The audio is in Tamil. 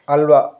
அல்வா